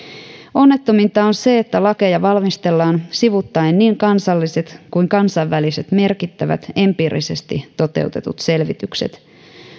onnettominta on se että lakeja valmistellaan sivuuttaen niin kansalliset kuin kansainväliset merkittävät empiirisesti toteutetut selvitykset